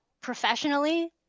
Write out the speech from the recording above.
professionally